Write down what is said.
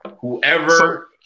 whoever